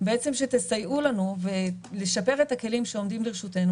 שתסייעו לנו לשפר את הכלים שעומדים לרשותנו,